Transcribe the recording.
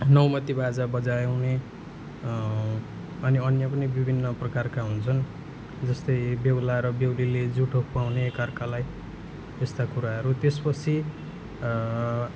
नौमती बाजा बजाउने अनि अन्य पनि विभिन्न प्रकारका हुन्छन् जस्तै बेहुला र बेहुलीले जुठो खुवाउने एक अर्कालाई यस्ता कुराहरू त्यसपछि